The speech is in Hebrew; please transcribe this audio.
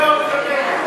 האגרות), התשע"ד 2014,